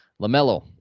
LaMelo